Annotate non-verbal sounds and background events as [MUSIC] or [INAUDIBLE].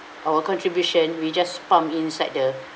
our contributions we just pump inside the [BREATH]